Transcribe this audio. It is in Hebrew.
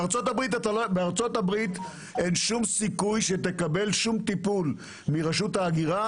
בארצות הברית אין שום סיכוי שתקבל שום טיפול מרשות ההגירה,